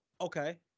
Okay